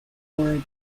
oregon